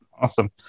awesome